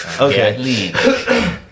Okay